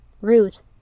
Ruth